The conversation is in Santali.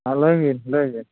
ᱦᱮᱸ ᱞᱟᱹᱭᱵᱤᱱ ᱞᱟᱹᱭᱵᱤᱱ